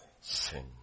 sin